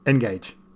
Engage